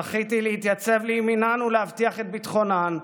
זכיתי להתייצב לימינן ולהבטיח את ביטחונן,